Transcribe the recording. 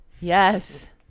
yes